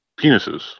penises